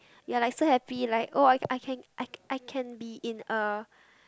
you're like so happy like oh I can I can I can be in a